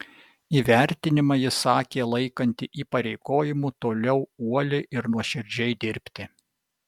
įvertinimą ji sakė laikanti įpareigojimu toliau uoliai ir nuoširdžiai dirbti